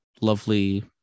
lovely